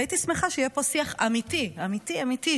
והייתי שמחה שיהיה פה שיח אמיתי אמיתי אמיתי,